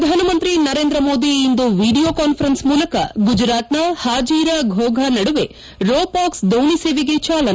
ಪ್ರಧಾನಮಂತ್ರಿ ನರೇಂದ್ರ ಮೋದಿ ಇಂದು video conference ಮೂಲಕ ಗುಜರಾತ್ನ ಪಾಜೀರಾ ಘೋಗಾ ನಡುವೆ ರೋ ಪಾಕ್ಸ್ ದೋಣಿ ಸೇವೆಗೆ ಚಾಲನೆ